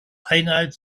einhalt